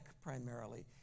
primarily